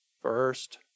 first